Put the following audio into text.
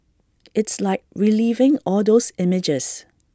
it's like reliving all those images